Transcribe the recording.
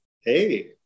Hey